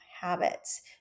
habits